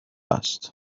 است